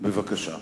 היושב-ראש.